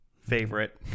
favorite